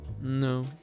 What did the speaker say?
No